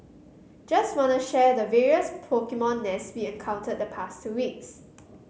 just wanna share the various Pokemon nests we encountered the past two weeks